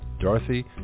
Dorothy